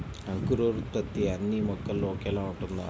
అంకురోత్పత్తి అన్నీ మొక్కల్లో ఒకేలా ఉంటుందా?